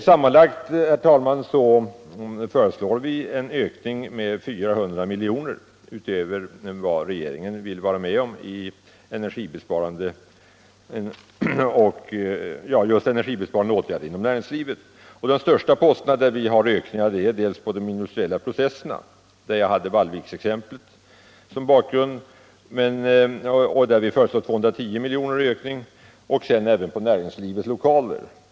Sammanlagt, herr talman, föreslår vi från centern en ökning med 400 miljoner utöver vad regeringen vill vara med om för energibesparande åtgärder inom näringslivet. De första kostnadsposterna där vi har ökningar är dels på de industriella processerna, där jag anförde Vallviksexemplet som bakgrund och där vi föreslår 210 milj.kr. i ökning, dels på näringslivets lokaler.